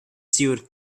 sewed